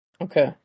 Okay